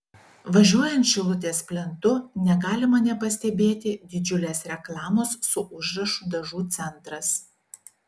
važiuojant šilutės plentu negalima nepastebėti didžiulės reklamos su užrašu dažų centras